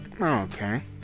okay